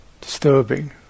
disturbing